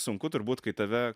sunku turbūt kai tave